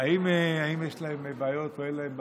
אם יש להם בעיות או אין להם בעיות,